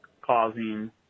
causing